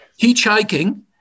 hitchhiking